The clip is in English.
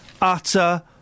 Utter